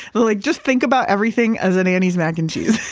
like just think about everything as an annie's mac and cheese.